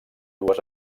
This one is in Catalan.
dues